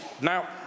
Now